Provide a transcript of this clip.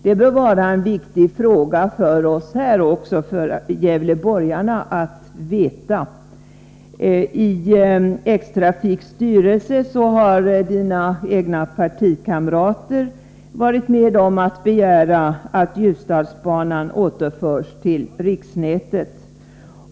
Det bör vara viktigt för oss här och även för gävleborgarna att få veta det. I X-Trafiks styrelse har dina egna partikamrater varit med om att begära att Ljusdalsbanan återförs till riksnätet.